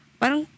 parang